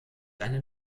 eine